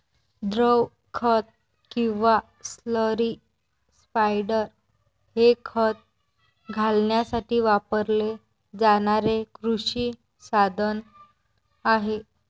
द्रव खत किंवा स्लरी स्पायडर हे खत घालण्यासाठी वापरले जाणारे कृषी साधन आहे